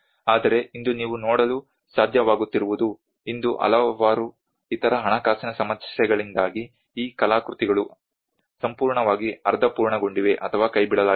ಆದರೆ ಇಂದು ನೀವು ನೋಡಲು ಸಾಧ್ಯವಾಗುತ್ತಿರುವುದು ಇಂದು ಹಲವಾರು ಇತರ ಹಣಕಾಸಿನ ಸಮಸ್ಯೆಗಳಿಂದಾಗಿ ಈ ಕಲಾಕೃತಿಗಳು ಸಂಪೂರ್ಣವಾಗಿ ಅರ್ಧ ಪೂರ್ಣಗೊಂಡಿವೆ ಅಥವಾ ಕೈಬಿಡಲಾಗಿದೆ